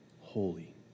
holy